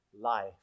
life